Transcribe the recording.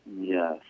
Yes